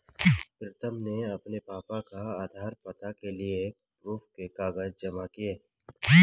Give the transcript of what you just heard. प्रीतम ने अपने पापा का आधार, पता के लिए प्रूफ के कागज जमा किए